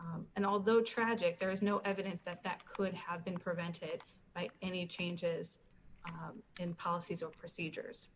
and although tragic there is no evidence that that could have been prevented by any changes in policies or procedures